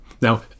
Now